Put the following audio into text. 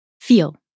feel